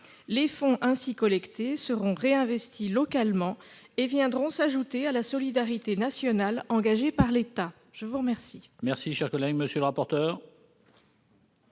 Les fonds ainsi collectés seront réinvestis localement et viendront s'ajouter à la solidarité nationale engagée par l'État. Quel